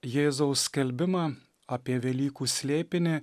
jėzaus skelbimą apie velykų slėpinį